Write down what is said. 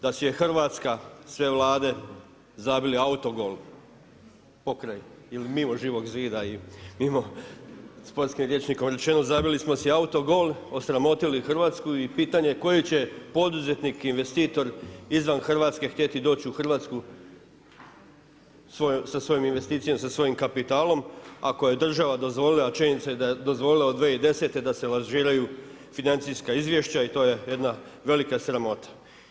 Da si je Hrvatska, sve Vlade zabili autogol, pokraj ili mimo Živog zida ili mimo sportskim riječnikom rečeno, zabili smo si autogol, osramotili Hrvatsku i pitanje je koji će poduzetnik, investitor, izvan Hrvatske htjeti doći u Hrvatsku sa svojom investicijom, sa svojim kapitalom, ako je država dozvolila, a činjenica je da je dozvolila, od 2010. da se lažiraju financijska izvješća i to je jedna velika sramota.